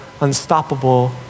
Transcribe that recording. unstoppable